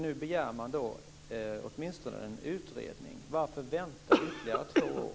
Nu begär man åtminstone en utredning. Varför vänta ytterligare två år?